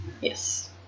Yes